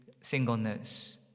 singleness